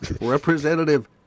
Representative